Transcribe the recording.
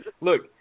look